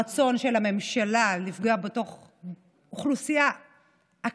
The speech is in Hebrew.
בשוק התעסוקה ואם זה ברצון של הממשלה לפגוע באוכלוסיית הקצה,